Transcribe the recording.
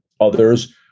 others